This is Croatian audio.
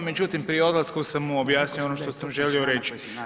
Međutim, prije odlaska sam mu objasnio ono što sam želio reći.